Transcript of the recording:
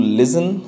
listen